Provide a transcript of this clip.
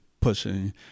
pushing